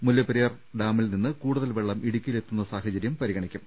മുല്ലപ്പെരിയാർ ഡാമിൽ നിന്ന് കൂടു തൽ വെള്ളം ഇടുക്കിയിലെത്തുന്ന സാഹചര്യം പരിഗണിക്കും